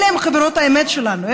אלה הן חברות האמת שלנו,